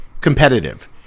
competitive